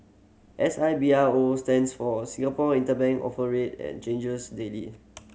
S I B R O stands for Singapore Interbank Offer Rate and changes daily